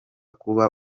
kuba